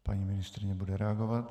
Paní ministryně bude reagovat.